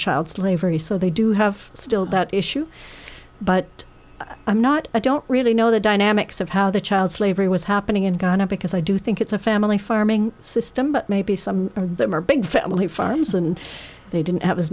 child slavery so they do have still that issue but i'm not i don't really know the dynamics of how the child slavery was happening in guyana because i do think it's a family farming system but maybe some of them are big family farms and they didn't have as